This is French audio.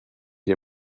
les